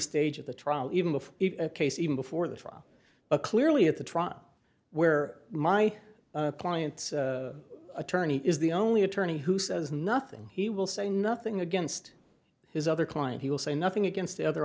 stage of the trial even of a case even before the trial but clearly at the trial where my client's attorney is the only attorney who says nothing he will say nothing against his other client he will say nothing against the other